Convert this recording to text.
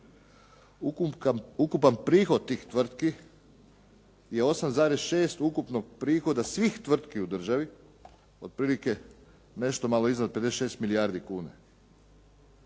Ukupan prihod tih tvrtki je 8,6 ukupnog prihoda svih tvrtki u državi, otprilike nešto malo iznad 56 milijardi kuna.